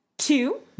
Two